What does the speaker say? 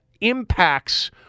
impacts